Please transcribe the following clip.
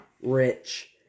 rich